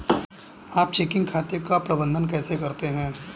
आप चेकिंग खाते का प्रबंधन कैसे करते हैं?